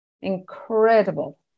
incredible